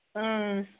ꯎꯝ